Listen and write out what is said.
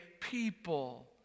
people